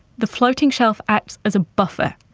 the floating shelf acts as a buffer,